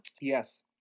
Yes